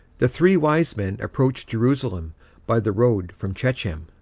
the three wise men approached jerusalem by the road from shechem.